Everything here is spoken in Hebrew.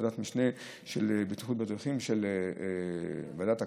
ועדת משנה לבטיחות בדרכים של ועדת הכלכלה,